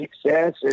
success